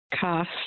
cost